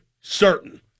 certain